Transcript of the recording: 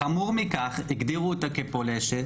חמור מכך הגדירו אותה כפולשת,